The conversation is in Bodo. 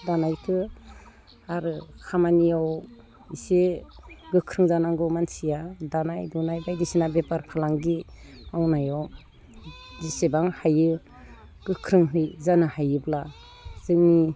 दानायखो आरो खामानियाव एसे गोख्रों जानांगौ मानसिया दानाय लुनाय बायदिसिना बेफार फालांगि मावनायाव जिसिबां हायो गोख्रोंहै जानो हायोब्ला जोंनि